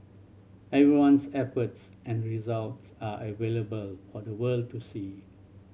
everyone's efforts and results are available for the world to see